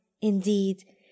Indeed